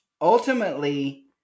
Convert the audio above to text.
ultimately